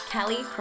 Kelly